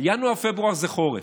ינואר-פברואר זה חורף.